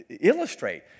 illustrate